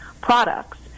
products